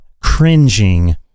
cringing